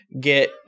get